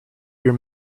your